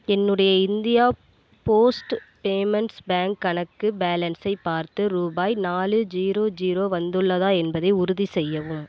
என்னுடைய India post payments bank கணக்கு பேலன்ஸை பார்த்து ரூபாய் நாலு ஜீரோ ஜீரோ வந்துள்ளதா என்பதை உறுதிசெய்யவும்